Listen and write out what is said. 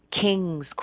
kings